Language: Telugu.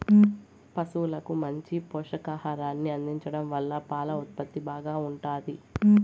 పసువులకు మంచి పోషకాహారాన్ని అందించడం వల్ల పాల ఉత్పత్తి బాగా ఉంటాది